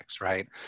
right